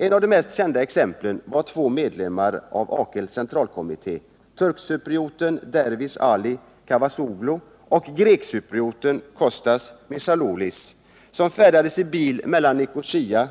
Ett av de mest kända exemplen är de två medlemmarna av AKEL:s centralkommitté, turkcyprioten Dervish Ali Kavazöglou och grekcyprioten Costas Mishlaöulis, som färdades i bil mellan Nicosia